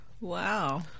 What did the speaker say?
Wow